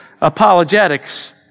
apologetics